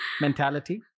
mentality